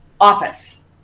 office